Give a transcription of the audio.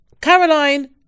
caroline